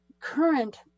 current